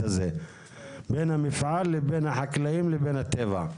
הזה בין המפעל לבין החקלאים לבין הטבע.